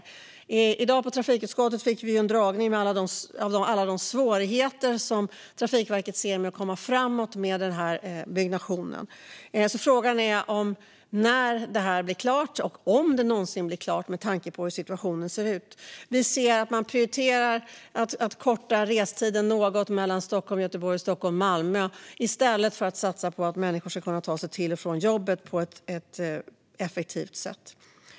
I dag fick vi i trafikutskottet en dragning av alla de svårigheter som Trafikverket ser med att komma framåt med den här byggnationen. Frågan är när detta blir klart och om det någonsin blir klart, med tanke på hur situationen ser ut. Man prioriterar att korta restiden något mellan Stockholm och Göteborg samt mellan Stockholm och Malmö i stället för att satsa på att människor ska kunna ta sig till och från jobbet på ett effektivt sätt.